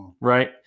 right